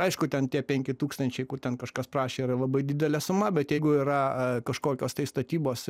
aišku ten tie penki tūkstančiai kur ten kažkas prašė yra labai didelė suma bet jeigu yra kažkokios tai statybos